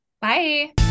bye